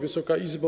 Wysoka Izbo!